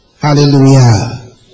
Hallelujah